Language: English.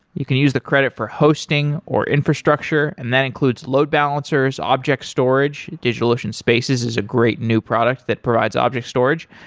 you can use the credit for hosting, or infrastructure, and that includes load balancers, object storage. digitalocean spaces is a great new product that provides object storage,